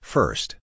First